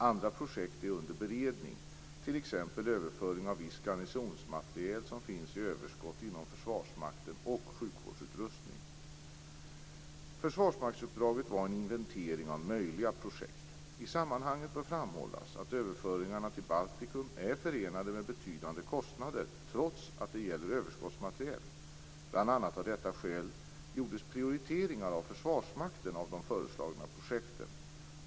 Andra projekt är under beredning, t.ex. överföring av viss garnisonsmateriel som finns i överskott inom Försvarsmakten och sjukvårdsutrustning. Försvarsmaktsuppdraget var en inventering av möjliga projekt. I sammanhanget bör framhållas att överföringarna till Baltikum är förenade med betydande kostnader, trots att det gäller överskottsmateriel. Bl.a. av detta skäl gjordes prioriteringar av Försvarsmakten av de föreslagna projekten.